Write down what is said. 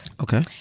Okay